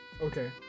Okay